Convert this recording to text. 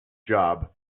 job